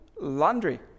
laundry